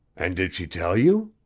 and did she tell you?